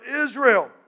Israel